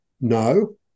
No